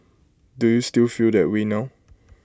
do you still feel that way now